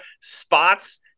spots